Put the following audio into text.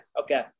Okay